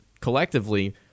collectively